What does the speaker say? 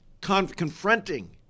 confronting